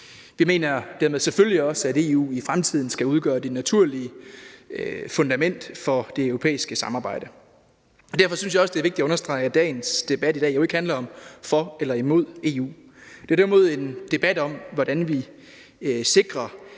dermed selvfølgelig også, at EU i fremtiden skal udgøre det naturlige fundament for det europæiske samarbejde, og derfor synes jeg også, det er vigtigt at understrege, at dagens debat jo ikke handler om for eller imod EU. Det er derimod en debat om, hvordan vi sikrer,